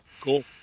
Cool